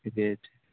ठीके छै